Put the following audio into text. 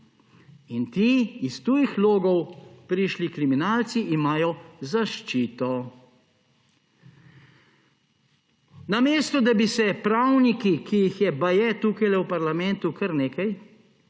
in ti iz tujih logov prišli kriminalci imajo zaščito. Namesto da bi se pravniki, ki jih je baje tukajle v parlamentu kar nekaj,